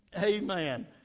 Amen